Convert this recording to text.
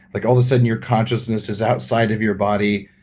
like, all of a sudden your consciousness is outside of your body,